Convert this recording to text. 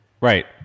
Right